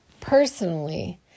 personally